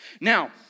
Now